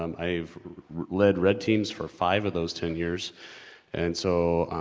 um i've lead red teams for five of those ten years and so, ah,